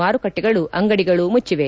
ಮಾರುಕಟ್ಟೆಗಳು ಅಂಗಡಿಗಳು ಮುಟ್ಲವೆ